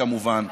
כמובן,